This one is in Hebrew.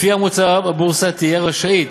לפי המוצע, הבורסה תהיה רשאית